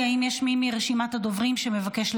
על פי כל מה שאתה רוצה, למה,